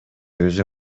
өзү